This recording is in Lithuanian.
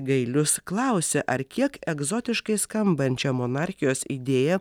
gailius klausė ar kiek egzotiškai skambančią monarchijos idėją